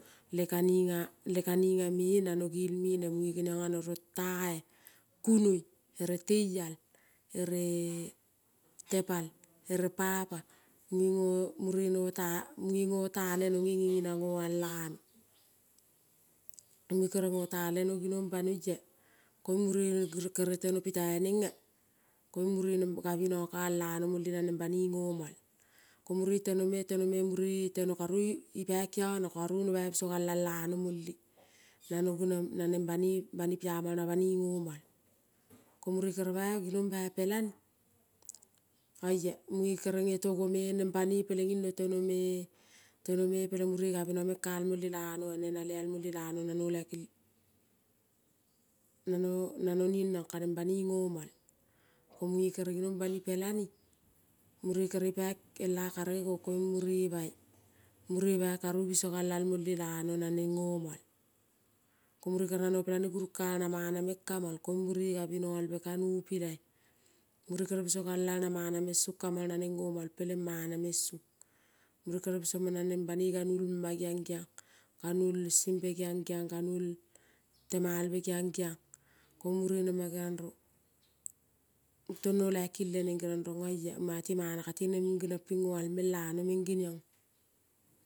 Le kaninga me nano gelme neng, munge geniong ano rong tae kunoi ere teial ere tepal ere papa muage ngo mure no ta munge ngo ta leno nge nge na ngoal lano. Munge kere ngo ta leno ginong banoia koiung mure giro kere teno pitai nanga koiung mure nen gavinoga ka al lano mole naneng banoi ngomal, ko mure tenome, tenome mure teno karoi ipa ikiana karu nobai biso gal al ano mole nano geniang na neng banoi, bani piama na banoi ngo mai. Ko mure kere bai ginong bai pelane oia mue kere nge togome neng banoi peleng ino tonome, tonome peleng mure gabina meng ka al mole lanoa nena te al mole lano laiki, nano nenrong kaneng banoi ngomal ko munge kere ginong banipelane mure kere ipa kela karege kong koiung mure bai, mure bai karu biso gal al mole lano naneng ngomal. Ko mure gere nano pelane gurung ka al na mana meng kamol ko mure gabinogalve kano pilai. Mure kere biso gal al na mana meng song kamal, naneng gomal peleng mana meng song, mure kere bisomang naneng banoi ganuol ma giang giang, ganuol sembe giang, giang ganuol temalve giang, giang ko mure nema geriong tono laiki le neng geriong rong oia. Mangati mana kati neng geniong ping ngoal meng lano meng genionga.